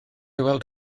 weld